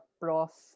prof